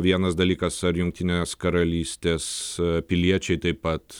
vienas dalykas ar jungtinės karalystės piliečiai taip pat